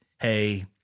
hey